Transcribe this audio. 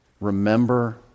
Remember